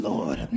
Lord